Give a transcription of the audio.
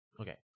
Okay